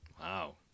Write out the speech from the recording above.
Wow